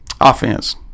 Offense